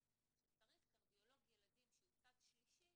שצריך קרדיולוג ילדים שהוא צד שלישי